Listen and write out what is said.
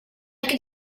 could